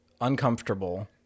uncomfortable